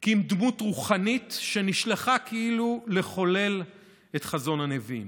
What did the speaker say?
כי אם דמות רוחנית שנשלחה כאילו לחולל את חזון הנביאים.